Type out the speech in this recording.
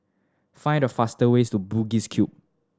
find the fastest way to Bugis Cube